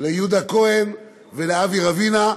ליהודה כהן ולאבי רבינא.